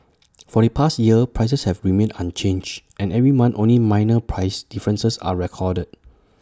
for the past year prices have remained unchanged and every month only minor price differences are recorded